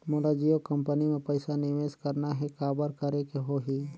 मोला जियो कंपनी मां पइसा निवेश करना हे, काबर करेके होही?